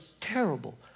terrible